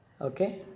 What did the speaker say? Okay